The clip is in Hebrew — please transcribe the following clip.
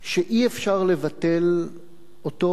שאי-אפשר לבטל אותו,